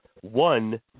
One